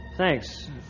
Thanks